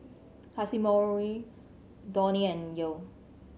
Casimiro Donny and Yael